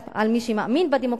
רק על מי שמאמין בדמוקרטיה,